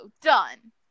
done